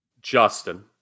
Justin